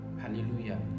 Hallelujah